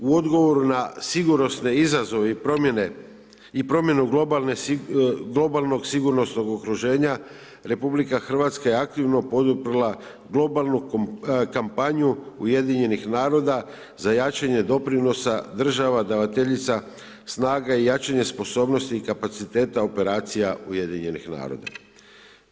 U odgovoru na sigurnosne izazove i promjenu globalnog sigurnosnog okruženja RH je aktivno poduprla globalnu kampanju UN-a za jačanje doprinosa država davateljica snaga i jačanje sposobnosti kapaciteta operacija UN-a.